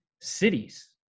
cities